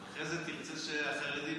אחרי זה תרצה שהחרדים